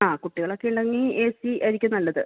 ആ കുട്ടികളൊക്കെ ഉണ്ടെങ്കിൽ ആ ഏ സിയായിരിക്കും നല്ലത്